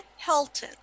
Helton